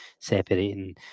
separating